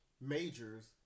majors